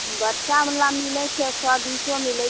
बच्चा बला मिलैत छै एक सए बीसो मिलैत छै